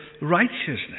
righteousness